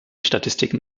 statistiken